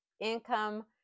income